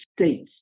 States